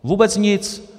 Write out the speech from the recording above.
Vůbec nic.